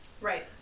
right